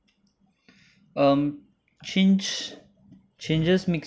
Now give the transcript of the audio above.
um change changes makes